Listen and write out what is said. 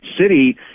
city